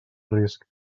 risc